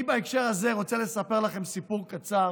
אני בהקשר הזה רוצה לספר לכם סיפור קצר